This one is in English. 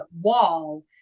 wall